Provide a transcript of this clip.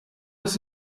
ist